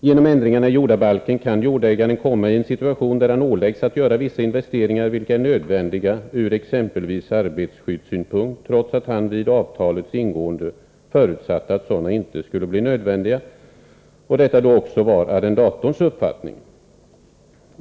Genom ändringarna i jordabalken kan jordägaren komma i en situation där han åläggs att göra vissa investeringar, vilka är nödvändiga från exempelvis arbetsskyddssynpunkt, trots att han vid avtalets ingående förutsatte att sådana inte skulle bli nödvändiga och detta då också var arrendatorns uppfattning.